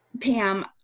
Pam